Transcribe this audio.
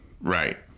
right